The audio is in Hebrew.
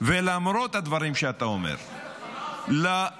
ולמרות הדברים שאתה אומר --- אני שואל אותך --- לא,